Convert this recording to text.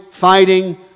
fighting